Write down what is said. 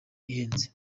ihenze